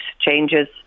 changes